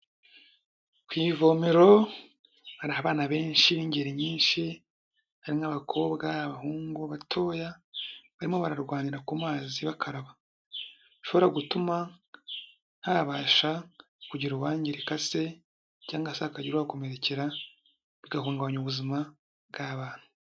Ku ivomero hari abana benshi b'ingeri nyinshi, hari n'abakobwa, abahungu batoya, barimo bararwanira ku mazi bakaraba. Bishobora gutuma habasha kugira uwangirika se cyangwa se hakagira uhakomerekera bigahungabanya ubuzima bw'abana.